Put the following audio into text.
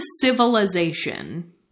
civilization